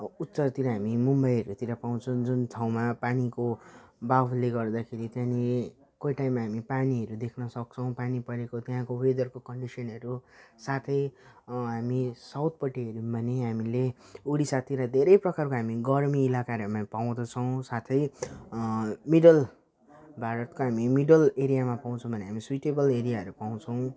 अब उत्तरतिर हामी मुम्बईहरूतिर पाउँछौँ जुन ठाउँमा पानीको वाफले गर्दाखेरि चाहिँ नि कोही टाइम हामी पानीहरू देख्नसक्छौँ पानी परेको त्यहाँको वेदरको कन्डिसनहरू साथै हामी साउथपट्टि हेर्यौँ भने हामीले उडिसातिर धेरै प्रकारको हामी गर्मी इलाकाहरू पनि पाउँदछौँ साथै मिडल भारतको हामी मिडल एरियामा पाउँछौँ हामी स्विटेबल एरियाहरू पाउँछौँ